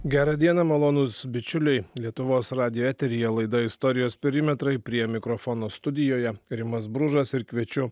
gerą dieną malonūs bičiuliui lietuvos radijo eteryje laida istorijos perimetrai prie mikrofono studijoje rimas bružas ir kviečiu